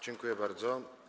Dziękuję bardzo.